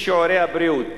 על שירותי הבריאות.